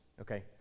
okay